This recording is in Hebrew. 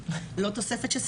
לא תוספת של תקנים.